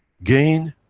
gain,